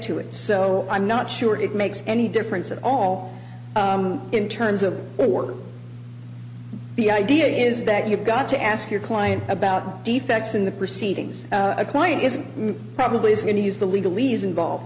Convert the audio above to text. to it so i'm not sure it makes any difference at all in terms of the idea is that you've got to ask your client about defects in the proceedings a client is probably is going to use the legal ease involve